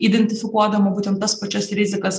identifikuodama būtent tas pačias rizikas